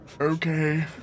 okay